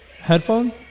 Headphone